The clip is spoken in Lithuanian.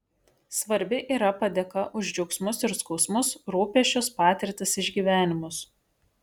svarbi yra padėka už džiaugsmus ir skausmus rūpesčius patirtis išgyvenimus